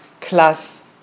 class